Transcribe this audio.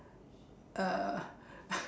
uh